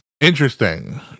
Interesting